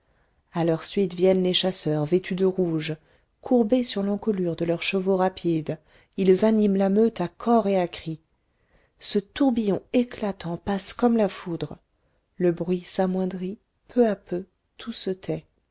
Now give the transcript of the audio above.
leur suite viennent les chasseurs vêtus de rouge courbés sur l'encolure de leurs chevaux rapides ils animent la meute à cor et à cri ce tourbillon éclatant passe comme la foudre le bruit s'amoindrit peu à peu tout se tait